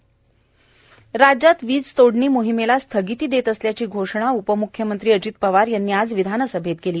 वीज तोडणीला स्थगिती राज्यात वीज तोडणी मोहिमेला स्थगिती देत असल्याची घोषणा उपम्ख्यमंत्री अजित पवार यांनी आज विधानसभेत केली